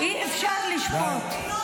את התרגלת להוציא טינופת על עם ישראל,